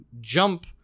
jump